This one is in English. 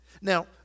Now